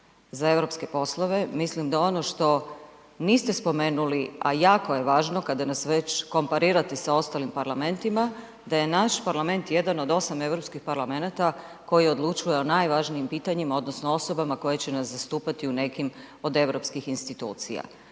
za europske poslove, mislim da ono što niste spomenuli, a jako je važno kada nas već komparirate sa ostalim parlamentima, da je naš parlament jedan od 8 europskih parlamenata koji odlučuje o najvažnijim pitanjima odnosno osobama koje će nas zastupati u nekim od europskih institucija.